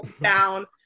down